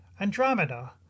Andromeda